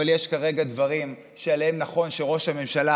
אבל יש כרגע דברים שעליהם נכון שראש הממשלה